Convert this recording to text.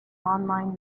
online